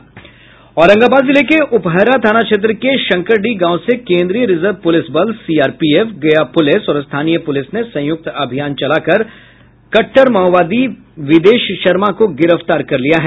औरंगाबाद जिले के उपहरा थाना क्षेत्र के शंकरडीह गांव से केन्द्रीय रिजर्व पुलिस बल सीआरपीएफ गया पुलिस और स्थानीय पुलिस ने संयुक्त अभियान चलाकर में कट्टर माओवादी विदेश शर्मा को गिरफ्तार कर लिया है